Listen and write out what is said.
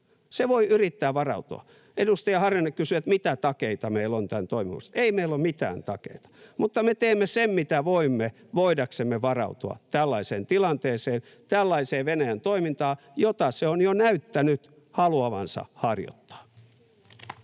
Se voi yrittää varautua. Edustaja Harjanne kysyi, mitä takeita meillä on tämän toimivuudesta. Ei meillä ole mitään takeita, mutta me teemme sen, mitä voimme voidaksemme varautua tällaiseen tilanteeseen, tällaiseen Venäjän toimintaan, jota se on jo näyttänyt haluavansa harjoittaa.